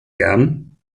gern